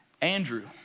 Andrew